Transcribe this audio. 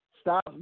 stop